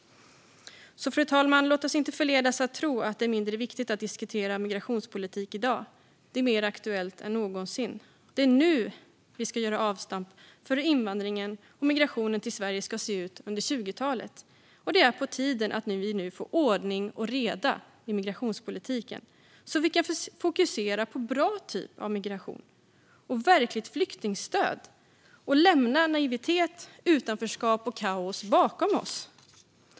Fru talman! Låt oss inte förledas att tro att det är mindre viktigt att diskutera migrationspolitik i dag. Det är mer aktuellt än någonsin. Det är nu vi ska göra avstamp för hur invandringen och migrationen till Sverige ska se ut under 20-talet. Det är på tiden att vi får ordning och reda i migrationspolitiken, så att vi kan fokusera på en bra typ av migration och verkligt flyktingstöd och lämna naivitet, utanförskap och kaos bakom oss.